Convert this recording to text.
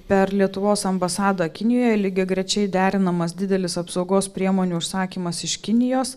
per lietuvos ambasadą kinijoj lygiagrečiai derinamas didelis apsaugos priemonių užsakymas iš kinijos